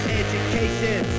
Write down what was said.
education